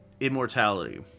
immortality